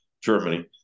Germany